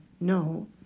no